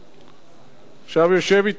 עכשיו, יושב אתנו המשנה.